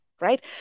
right